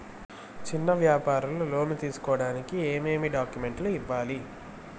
చిన్న వ్యాపారులు లోను తీసుకోడానికి ఏమేమి డాక్యుమెంట్లు ఇవ్వాలి?